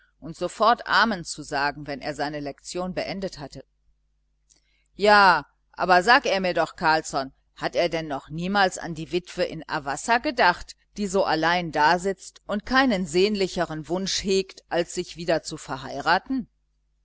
und sofort amen zu sagen wenn er seine lektion beendet hatte ja aber sag er mir doch carlsson hat er denn noch niemals an die witwe in avassa gedacht die so allein dasitzt und keinen sehnlicheren wunsch hegt als sich wieder zu verheiraten